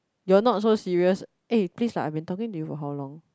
you're not so serious eh please lah I've been talking to you for how long